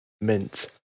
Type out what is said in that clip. Mint